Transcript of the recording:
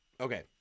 Okay